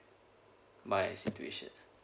my situation